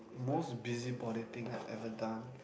most busybody thing I have ever done